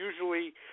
usually